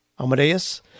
Amadeus